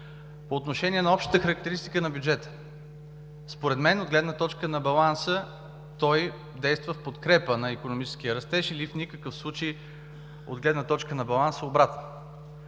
По отношение на общата характеристика на бюджета. Според мен, от гледна точка на баланса, той действа в подкрепа на икономическия растеж или в никакъв случай, от гледна точка на баланса, обратно.